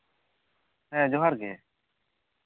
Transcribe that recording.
ᱦᱮᱸ ᱡᱚᱦᱟᱨ ᱜᱮ